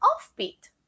offbeat